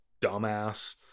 dumbass